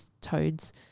toads